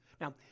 Now